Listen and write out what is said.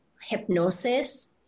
hypnosis